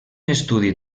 estudi